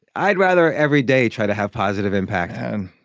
i'd rather every day try to have positive impact